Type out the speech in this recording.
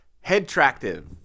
head-tractive